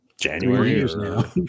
January